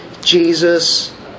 Jesus